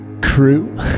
crew